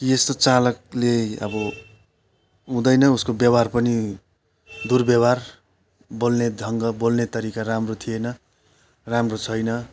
कि यस्तो चालकले अब हुँदैन उसको व्यवहार पनि दुर्व्यवहार बोल्ने ढङ्ग बोल्ने तरिका राम्रो थिएन राम्रो छैन